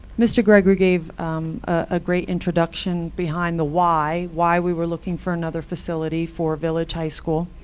mr. gregory gave a great introduction behind the why, why we were looking for another facility for village high school.